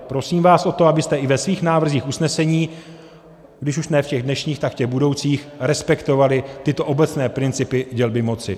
Prosím vás o to, abyste i ve svých návrzích usnesení, když už ne v těch dnešních, tak v těch budoucích, respektovali tyto obecné principy dělby moci.